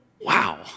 wow